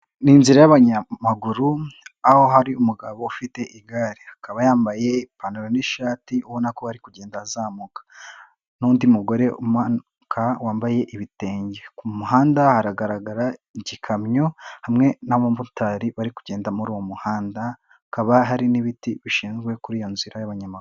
Ni inzira y'abanyamaguru, aho hari umugabo ufite igare. Akaba yambaye ipantaro n'ishati, ubona ko ari kugenda azamuka n'undi mugore umanuka wambaye ibitenge, ku muhanda haragaragara igikamyo hamwe n'abamotari bari kugenda muri uwo muhanda, hakaba hari n'ibiti bishinze kuri iyo nzira y'abanyamaguru.